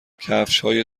کفشهای